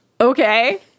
Okay